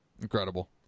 incredible